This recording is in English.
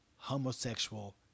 homosexual